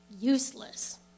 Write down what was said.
useless